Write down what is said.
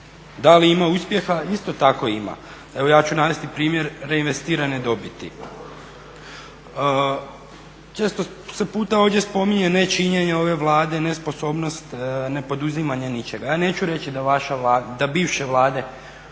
Da li ima uspjeha? Isto tako ima. Evo ja ću navesti primjer reinvestirane dobiti. Često se puta ovdje spominje nečinjenje ove Vlade, nesposobnost, ne poduzimanje ničega. Ja neću reći da bivše Vlade,